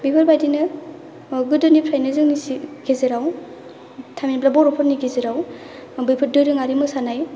बेफोरबायदिनो गोदोनिफ्रायनो जोंनि गेजेराव थामहिनबा बर'फोरनि गेजेराव बेफोर दोरोंआरि मोसानाय